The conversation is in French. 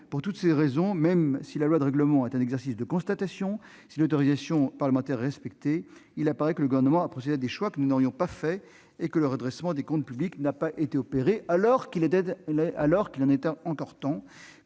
Pour toutes ces raisons, même si la loi de règlement est un exercice de constatation et si l'autorisation parlementaire a plutôt été respectée, il apparaît que le Gouvernement a procédé à des choix que nous n'aurions pas faits et que le redressement des comptes publics n'a pas été opéré, alors qu'il en était encore temps.